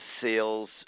sales